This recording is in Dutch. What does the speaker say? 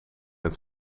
het